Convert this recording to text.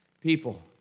People